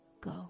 go